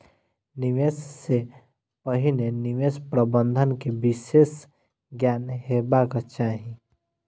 निवेश सॅ पहिने निवेश प्रबंधन के विशेष ज्ञान हेबाक चाही